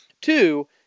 Two